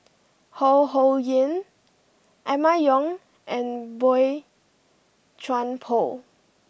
Ho Ho Ying Emma Yong and Boey Chuan Poh